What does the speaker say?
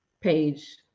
page